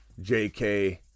JK